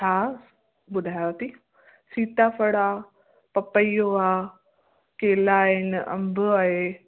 हा ॿुधायांव थी सीताफल आहे पपईयो आहे केला आहिनि अंबु आहे